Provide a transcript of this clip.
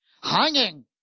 Hanging